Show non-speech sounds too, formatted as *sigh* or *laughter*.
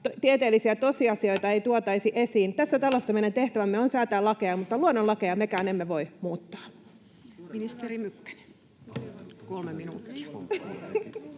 tieteellisiä tosiasioita ei tuotaisi esiin. *noise* Tässä talossa meidän tehtävämme on säätää lakeja, mutta luonnonlakeja mekään emme voi muuttaa.